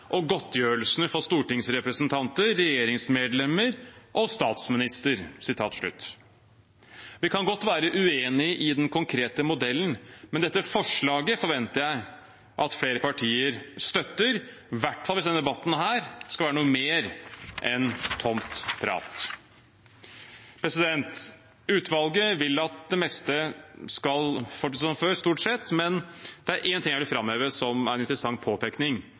og godtgjørelsene for stortingsrepresentanter, regjeringsmedlemmer og statsminister». Vi kan godt være uenig i den konkrete modellen, men dette forslaget forventer jeg at flere partier støtter, i hvert fall hvis denne debatten skal være noe mer enn tomt prat. Utvalget vil at det meste stort sett skal fortsette som før, men det er én ting jeg vil framheve, som er en interessant påpekning,